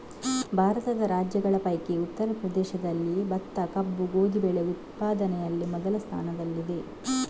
ಭಾರತದ ರಾಜ್ಯಗಳ ಪೈಕಿ ಉತ್ತರ ಪ್ರದೇಶದಲ್ಲಿ ಭತ್ತ, ಕಬ್ಬು, ಗೋಧಿ ಬೆಳೆ ಉತ್ಪಾದನೆಯಲ್ಲಿ ಮೊದಲ ಸ್ಥಾನದಲ್ಲಿದೆ